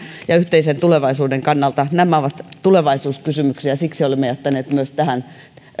ja yhteisen tulevaisuutemme kannalta nämä ovat tulevaisuuskysymyksiä siksi olemme jättäneet myös tähän